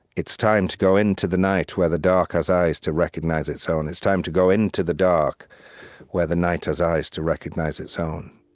it's time to go into the night where the dark has eyes to recognize its own. it's time to go into the dark where the night has eyes to recognize its own.